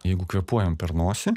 jeigu kvėpuojam per nosį